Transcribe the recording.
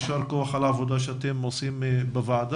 יישר כוח על העבודה שאתם עושים בוועדה.